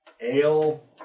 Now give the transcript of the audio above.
Ale